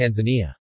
Tanzania